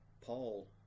Paul